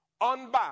Unbound